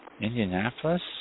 Indianapolis